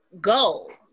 go